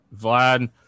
Vlad